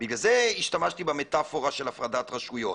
בגלל זה השתמשתי במטפורה של הפרדת רשויות,